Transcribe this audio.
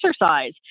exercise